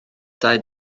dau